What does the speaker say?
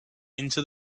into